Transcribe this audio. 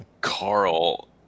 Carl